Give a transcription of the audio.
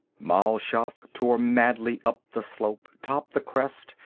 mal shaff tore madly up the slope, topped the crest,